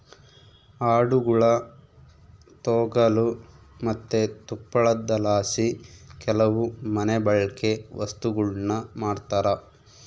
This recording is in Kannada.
ಆಡುಗುಳ ತೊಗಲು ಮತ್ತೆ ತುಪ್ಪಳದಲಾಸಿ ಕೆಲವು ಮನೆಬಳ್ಕೆ ವಸ್ತುಗುಳ್ನ ಮಾಡ್ತರ